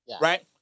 right